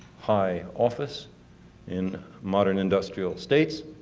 high office in modern industrial states.